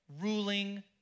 ruling